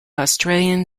australian